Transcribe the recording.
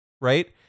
right